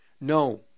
No